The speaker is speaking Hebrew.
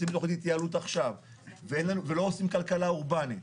דוחות התייעלות עכשיו ולא עושים כלכלה אורבנית.